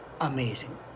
amazing